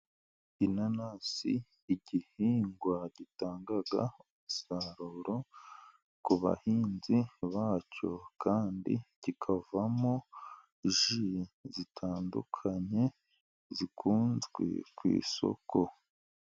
Inanasi igihingwa gitanga umusaruro ku bahinzi bacyo, kandi kikavamo ji zitandukanye, zikunzwe ku isoko.